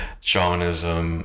Shamanism